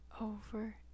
over